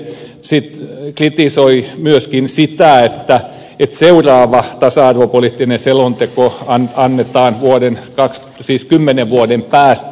naucler kritisoi myöskin sitä että seuraava tasa arvopoliittinen selonteko annetaan kymmenen vuoden päästä